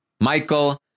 michael